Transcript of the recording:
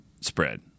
spread